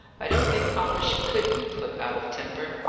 i don't think hamish could be put out of temper.